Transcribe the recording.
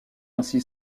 ainsi